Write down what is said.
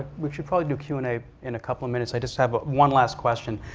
we should probably do q and a in a couple of minutes. i just have one last question.